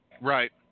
Right